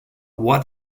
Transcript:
what